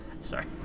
Sorry